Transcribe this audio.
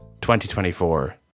2024